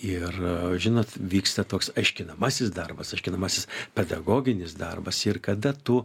ir žinot vyksta toks aiškinamasis darbas aiškinamasis pedagoginis darbas ir kada tu